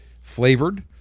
flavored